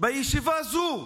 בישיבה הזו,